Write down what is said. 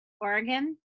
Oregon